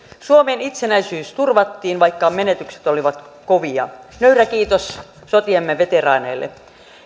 suomen itsenäisyys turvattiin vaikka menetykset olivat kovia nöyrä kiitos sotiemme veteraaneille